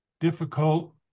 difficult